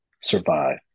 survive